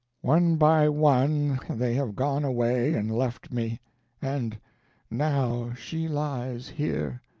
one by one they have gone away and left me and now she lies here,